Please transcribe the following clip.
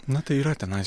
na tai yra tenais